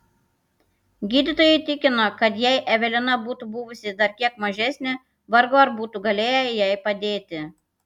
gydytojai tikino kad jei evelina būtų buvusi dar kiek mažesnė vargu ar būtų galėję jai padėti